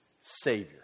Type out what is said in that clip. savior